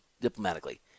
diplomatically